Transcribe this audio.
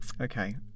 Okay